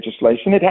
legislation